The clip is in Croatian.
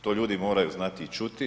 To ljudi moraju znati i čuti.